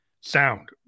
sound